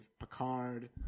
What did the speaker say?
Picard